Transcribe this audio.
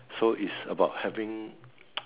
so it's about having